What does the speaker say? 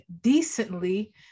decently